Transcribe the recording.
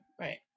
right